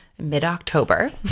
mid-October